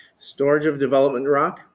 storage of development rock,